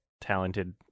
talented